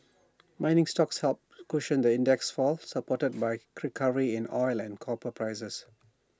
mining stocks helped cushion the index's fall supported by A recovery in oil and copper prices